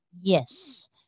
Yes